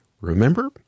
Remember